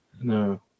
No